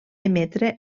emetre